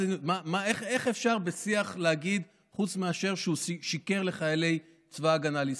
איך אפשר בשיח להגיד משהו חוץ מאשר שהוא שיקר לחיילי צבא הגנה לישראל?